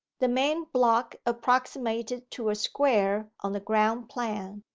the main block approximated to a square on the ground plan,